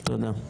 תודה.